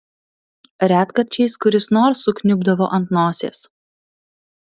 retkarčiais kuris nors sukniubdavo ant nosies